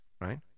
right